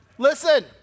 Listen